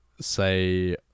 say